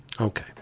Okay